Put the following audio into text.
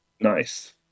Nice